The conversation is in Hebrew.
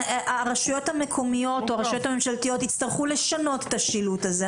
הרשויות המקומיות או הרשויות הממשלתיות יצטרכו לשנות את השילוט הזה,